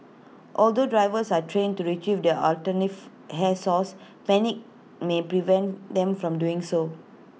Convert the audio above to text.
although divers are trained to Retrieve their alternative hair source panic may prevent them from doing so